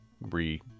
re